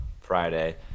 Friday